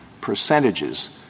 percentages